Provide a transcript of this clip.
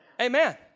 Amen